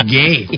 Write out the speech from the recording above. gay